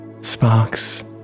sparks